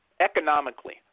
Economically